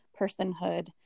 personhood